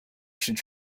should